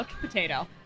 potato